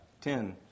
Ten